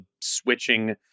switching